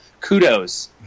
kudos